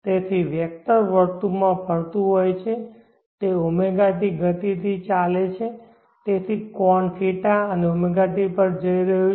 તેથી વેક્ટર વર્તુળમાં ફરતું હોય છે તે ɷt ગતિથી ચાલે છે તેથી કોણ θ એ ɷt પર જઈ રહ્યું છે